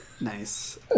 Nice